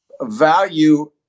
value